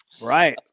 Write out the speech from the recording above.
right